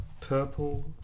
Purple